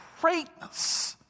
greatness